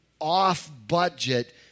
off-budget